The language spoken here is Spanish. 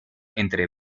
entre